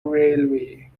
railway